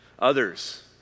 Others